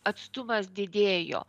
atstumas didėjo